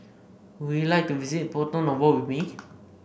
would you like to visit Porto Novo with me